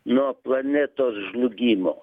nuo planetos žlugimo